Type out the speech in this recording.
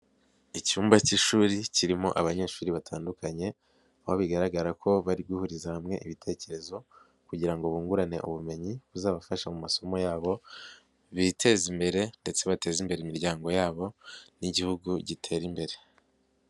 Icyumba cy'ishuri kirimo abanyeshuri batandukanye aho bigaragara ko bari guhuriza hamwe ibitekerezo kugira ngo bungurane ubumenyi buzabafasha mu masomo yabo biteze imbere ndetse bateze imbere imiryango yabo n'igihugu gitera imbere.